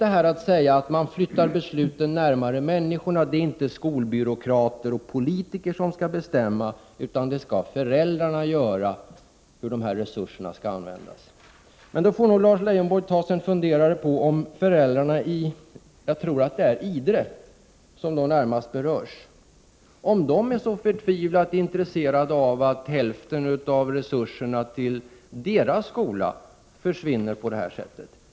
Det är lätt att säga att man skall flytta besluten närmare människorna och att det inte är politiker och skolbyråkrater utan föräldrarna som skall bestämma hur dessa resurser skall användas. Men då får Lars Leijonborg ta 69 sig en funderare på om föräldrarna i Idre, vilka är de som närmast berörs, är så förtvivlat intresserade av att hälften av resurserna till deras skola försvinner på detta sätt.